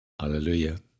Hallelujah